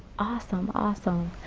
awesome, awesome.